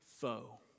foe